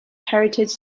heritage